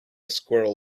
squirrel